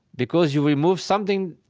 because you remove something,